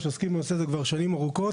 הם עוסקים בנושא הזה כבר שנים ארוכות